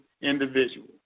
individual